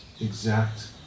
Exact